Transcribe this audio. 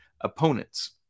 opponents